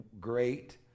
great